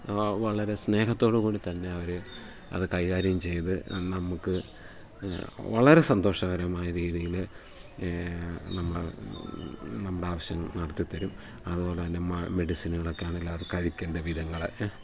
വളരെ സ്നേഹത്തോടു കൂടി തന്നെ അവർ അത് കൈകാര്യം ചെയ്തു നമുക്ക് വളരെ സന്തോഷകരമായ രീതിയിൽ നമ്മൾ നമ്മുടെ ആവശ്യം നടത്തിത്തരും അതുപോലെ തന്നെ മെഡിസിനുകളൊക്കെ ആണെങ്കിൽ അവർ കഴിക്കേണ്ട വിധങ്ങൾ